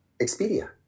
expedia